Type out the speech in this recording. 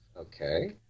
Okay